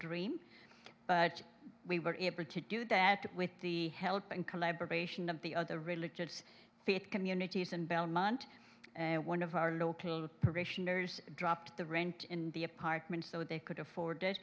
dream but we were able to do that with the help and collaboration of the other religious faith communities and belmont one of our local parishioners dropped the rent in the apartment so they could afford it